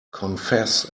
confess